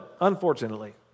unfortunately